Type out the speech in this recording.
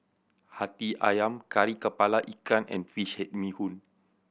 Hati Ayam Kari Kepala Ikan and fish head bee hoon